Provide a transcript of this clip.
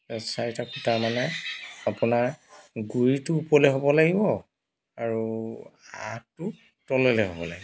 চাৰিটা খুটা মানে আপোনাৰ গুৰিটো ওপৰলৈ হ'ব লাগিব আৰু আগটো তললৈ হ'ব লাগিব